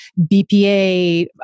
BPA